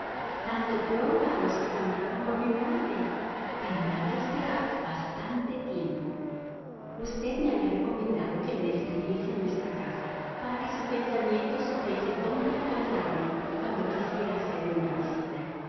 tanto peor para los que contaban con mi muerte tendrán que esperar bastante tiempo usted me había recomendado que le describiese nuestra casa para que su pensamiento supiese dónde encontrarme cuando quisiera hacerme una visita